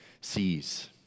sees